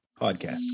Podcast